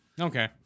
Okay